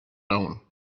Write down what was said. known